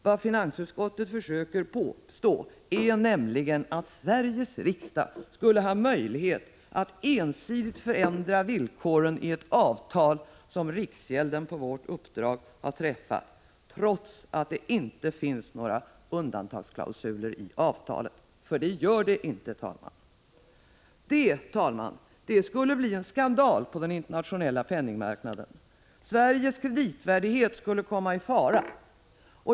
Vad finansutskottet försöker påstå är nämligen att Sveriges riksdag skulle ha möjlighet att ensidigt förändra villkoren i ett avtal som riksgälden på vårt uppdrag har träffat, trots att det inte finns några undantagsklausuler i avtalet, för det gör det inte. Det skulle bli en skandal på den internationella penningmarknaden! Sveriges kreditvärdighet skulle komma i fara.